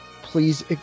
Please